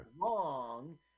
wrong